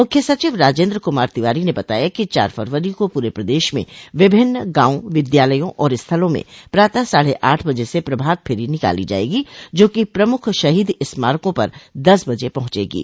मुख्य सचिव राजेन्द्र कुमार तिवारी ने बताया कि चार फरवरी को पूरे प्रदेश में विभिन्न गांव विद्यालयों और स्थलों में प्रातः साढ़े आठ बजे से प्रभात फेरी निकाली जायेगी जोकि प्रमुख शहीद स्मारकों पर दस बजे पहुंचेगो